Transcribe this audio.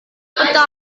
peta